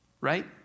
right